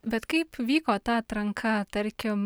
bet kaip vyko ta atranka tarkim